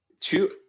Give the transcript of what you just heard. two